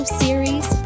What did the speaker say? series